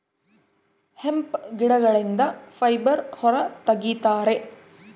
hemp ಗಿಡಗಳಿಂದ fibre ಹೊರ ತಗಿತರೆ